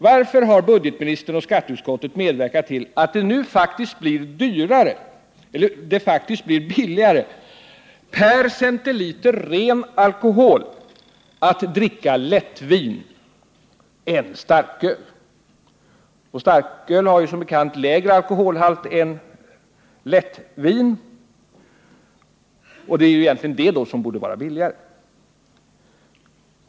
Varför har budgetministern och skatteutskottet medverkat till att det nu faktiskt blir billigare — räknat per centiliter ren alkohol — att dricka lättvin än starköl. Starköl har ju som bekant lägre alkoholhalt än lättvin, och det är alltså starkölet som borde vara billigare.